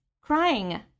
Crying